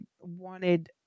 wanted –